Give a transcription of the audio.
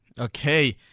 Okay